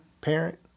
parent